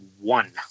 one